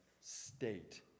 state